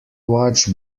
watch